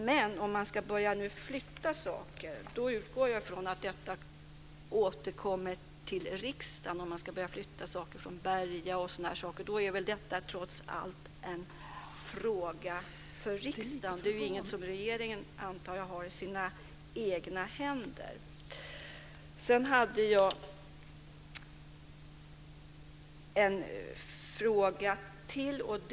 Men om man nu ska börja flytta saker utgår jag från att detta återkommer till riksdagen. Om man ska börja flytta saker från Berga osv. är väl detta trots allt en fråga för riksdagen? Det är ju ingenting som regeringen, antar jag, har i sina egna händer. Jag har en fråga till.